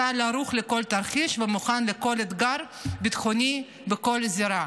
צה"ל ערוך לכל תרחיש ומוכן לכל אתגר ביטחוני בכל זירה.